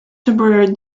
temporary